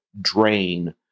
drain